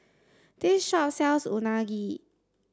this shop sells Unagi